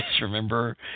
remember